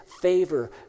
favor